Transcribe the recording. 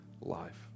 life